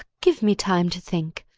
give me time to think.